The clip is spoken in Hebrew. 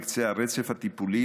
בקצה הרצף הטיפולי,